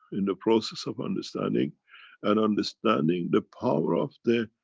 in the process of understanding and understanding the power of the,